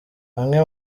amwe